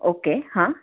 okay હા